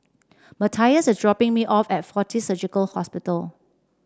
Matthias is dropping me off at Fortis Surgical Hospital